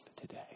today